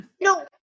no